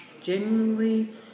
Genuinely